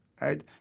Right